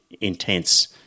intense